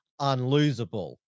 unlosable